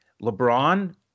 LeBron